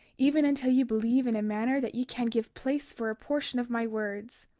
even until ye believe in a manner that ye can give place for a portion of my words.